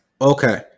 Okay